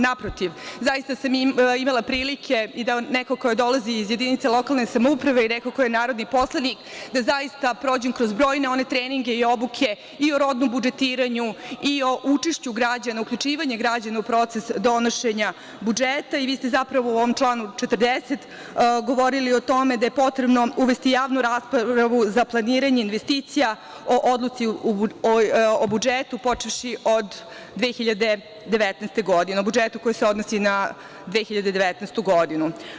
Naprotiv, zaista sam imala prilike i da, kao neko ko dolazi iz jedinice lokalne samouprave i neko ko je narodni poslanik, zaista prođem kroz brojne one treninge i obuke i o rodnom budžetiranju i o učešću građana, uključivanje građana u proces donošenja budžeta, i vi ste zapravo u ovom članu 40. govorili o tome da je potrebno uvesti javnu raspravu za planiranje investicija o odluci o budžetu, počevši od 2019. godine, o budžetu koji se odnosi na 2019. godinu.